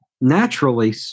naturally